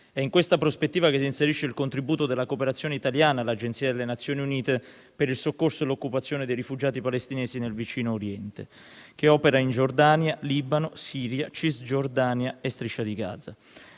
È in questa prospettiva che si inserisce il contributo della cooperazione italiana all'Agenzia delle Nazioni Unite per il soccorso e l'occupazione dei rifugiati palestinesi nel vicino Oriente, che opera in Giordania, Libano, Siria, Cisgiordania e striscia di Gaza.